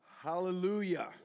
Hallelujah